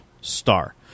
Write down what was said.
star